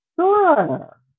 Sure